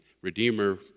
Redeemer